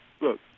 look